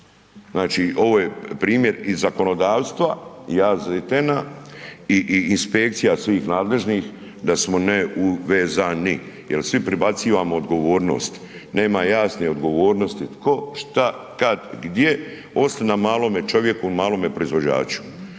Znači ovo je primjer iz zakonodavstva i AZTN-a i inspekcija svih nadležnih da smo neuvezani. Jel svi pribacivamo odgovornost, nema jasne odgovornosti, tko, šta, kad, gdje, osim na malome čovjeku, malome proizvođaču.